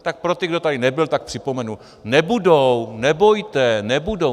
Tak pro ty, kdo tady nebyli, připomenu: Nebudou, nebojte, nebudou.